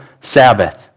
Sabbath